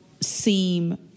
seem